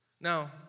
Now